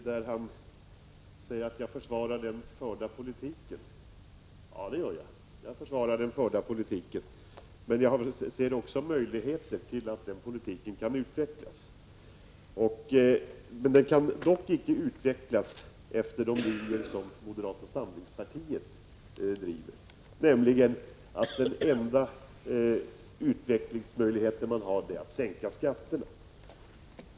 Herr talman! Anders Högmark säger att jag försvarar den förda politiken. Ja, det gör jag. Men jag ser också möjligheter för den politiken att utvecklas. Den kan dock inte utvecklas efter de linjer som moderata samlingspartiet driver, nämligen att den enda utvecklingmöjligheten ligger i att sänka Prot. 1985/86:148 skatterna.